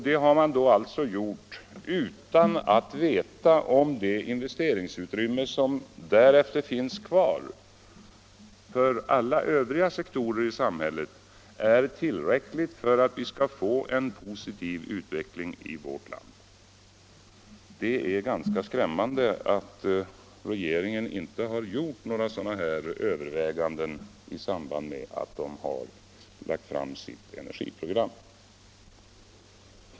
Detta har man alltså gjort utan att veta om det investeringsutrymme som därefter finns kvar för övriga sektorer i samhället är tillräckligt för en positiv utveckling i vårt land. Det är ganska skrämmande att regeringen inte gjort några sådana överväganden i samband med att den lagt fram sitt energiprogram.